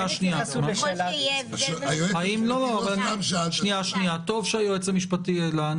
אין התייחסות לשאלה --- היועץ המשפטי לא סתם שאל.